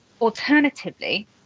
alternatively